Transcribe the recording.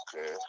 Okay